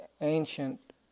ancient